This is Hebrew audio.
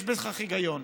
יש בכך היגיון.